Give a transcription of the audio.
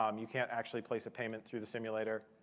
um you can't actually place a payment through the simulator,